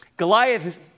Goliath